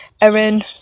Erin